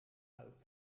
als